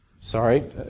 sorry